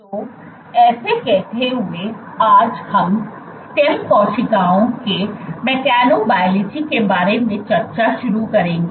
तो ऐसे कहते हुए आज हम STEM कोशिकाओं के मैकेनोबयलॉजी के बारे में चर्चा शुरू करेंगे